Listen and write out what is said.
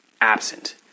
absent